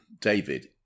David